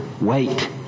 Wait